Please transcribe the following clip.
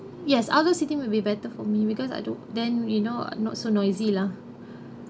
yes outdoor seating will be better for me because I don't then you know not so noisy lah